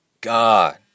God